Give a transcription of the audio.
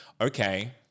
okay